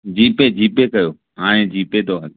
GPay जीपे कयो हाणे जीपे थो हले